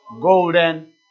golden